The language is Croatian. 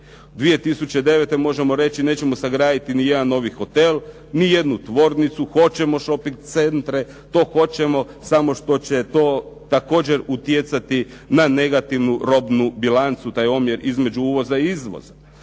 2009. možemo reći nećemo sagraditi ni jedan novi hotel, ni jednu tvornicu. Hoćemo šoping centre, to hoćemo, samo što će to također utjecati na negativnu robnu bilancu, taj omjer između uvoza i izvoza.